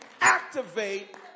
activate